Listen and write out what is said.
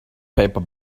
paper